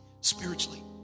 spiritually